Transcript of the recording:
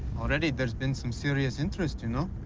already there's been some serious interest, you know?